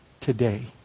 today